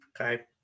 Okay